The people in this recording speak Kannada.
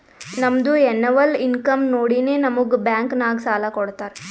ನಮ್ದು ಎನ್ನವಲ್ ಇನ್ಕಮ್ ನೋಡಿನೇ ನಮುಗ್ ಬ್ಯಾಂಕ್ ನಾಗ್ ಸಾಲ ಕೊಡ್ತಾರ